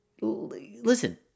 listen